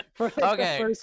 Okay